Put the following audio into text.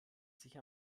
sich